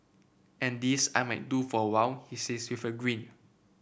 and this I might do for a while he says with a grin